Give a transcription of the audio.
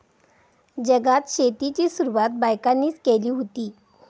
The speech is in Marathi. जगात शेतीची सुरवात बायकांनीच केली हुती